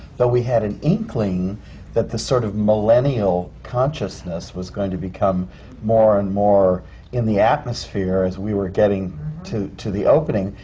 though we had an inkling that this sort of millennial consciousness was going to become more and more in the atmosphere as we were getting to to the opening.